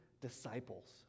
disciples